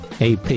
AP